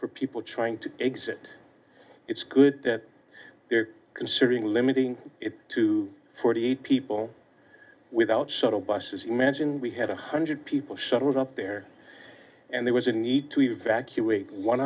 for people trying to exit it's good that they're considering limiting it to forty eight people without sort of buses you mentioned we had a hundred people showed up there and there was a need to evacuate one